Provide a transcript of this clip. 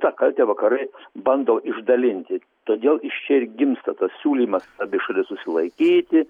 tą kaltę vakarai bando išdalinti todėl iš čia ir gimsta tas siūlymas abi šalis susilaikyti